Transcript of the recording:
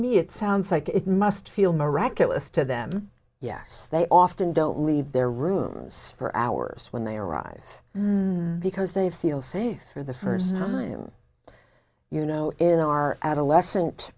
me it sounds like it must feel miraculous to them yes they often don't leave their rooms for hours when they arise because they feel safe for the first time you know in our adolescent